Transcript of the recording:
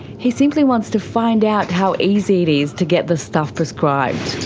he simply wants to find out how easy it is to get the stuff prescribed.